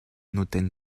notenn